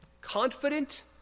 confident